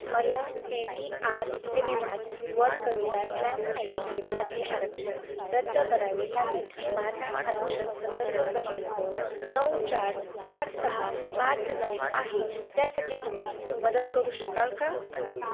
मला P V R सिनेमाजवर कविता स्लॅमसाठीचे माझे आरक्षण रद्द करावे लागेल माझा आरक्षण संदर्भ क्रमांक नऊ चार चार सहा पाच नऊ आहे त्यासाठी तुम्ही मदत करू शकाल का